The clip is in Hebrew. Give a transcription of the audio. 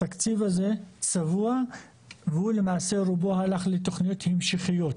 התקציב הזה צבוע ורובו למעשה הלך לתכניות המשכיות.